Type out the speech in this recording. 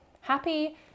happy